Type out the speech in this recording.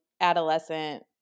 adolescent